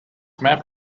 map